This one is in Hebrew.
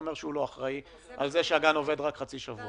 לפעילות הוא שגני הילדים עובדים רק חצי שבוע,